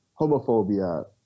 homophobia